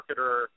marketer